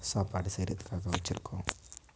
சாப்பாடு செய்கிறத்துக்காக வச்சுருக்கோம்